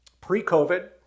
pre-COVID